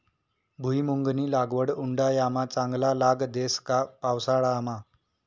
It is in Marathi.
भुईमुंगनी लागवड उंडायामा चांगला लाग देस का पावसाळामा